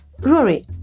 Rory